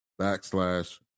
backslash